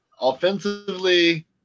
Offensively